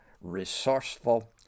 resourceful